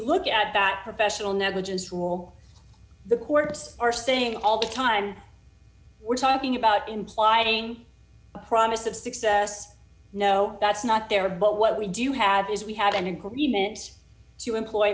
look at that professional negligence rule the courts are saying all the time we're talking about implying a promise of success no that's not there but what we do have is we have an agreement to employ